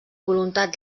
voluntat